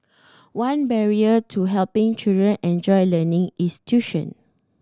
one barrier to helping children enjoy learning is tuition